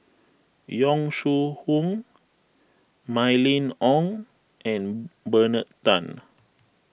Yong Shu Hoong Mylene Ong and Bernard Tan